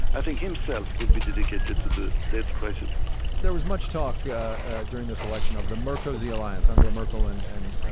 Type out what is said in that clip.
i think himself will be dedicated to the debt crisis there was much talk during this election of the merkozy alliance angela merkel and and